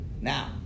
Now